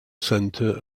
center